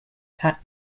actor